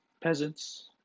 peasants